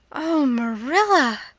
oh, marilla!